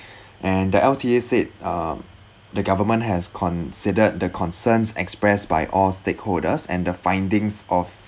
and the L_T_A said uh the government has considered the concerns expressed by all stakeholders and the findings of